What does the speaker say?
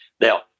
now